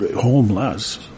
Homeless